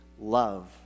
love